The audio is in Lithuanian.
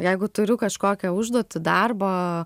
jeigu turiu kažkokią užduotį darbo